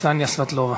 נתת נאום חוצב להבות.